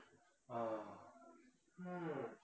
mm